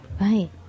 Right